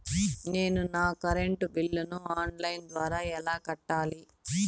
నేను నా కరెంటు బిల్లును ఆన్ లైను ద్వారా ఎలా కట్టాలి?